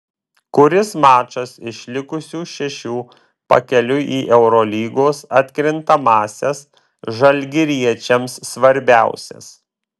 kuris mačas iš likusių šešių pakeliui į eurolygos atkrintamąsias žalgiriečiams svarbiausias